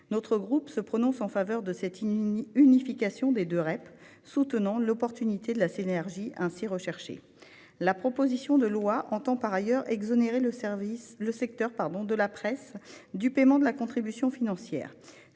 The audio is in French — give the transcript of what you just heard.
Notre groupe se prononce en faveur de cette unification des deux REP, soutenant l'opportunité de la synergie ainsi recherchée. La proposition de loi entend par ailleurs exonérer le secteur de la presse du paiement de la contribution financière,